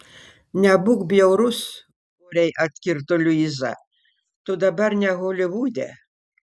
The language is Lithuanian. nebūk bjaurus oriai atkirto luiza tu dabar ne holivude